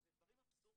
זה דברים אבסורדים.